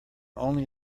only